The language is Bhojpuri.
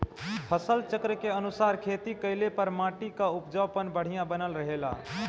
फसल चक्र के अनुसार खेती कइले पर माटी कअ उपजाऊपन बढ़िया बनल रहेला